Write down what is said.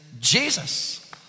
Jesus